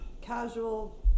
casual